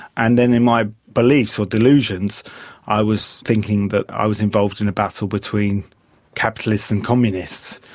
and then in my beliefs or delusions i was thinking that i was involved in a battle between capitalists and communists,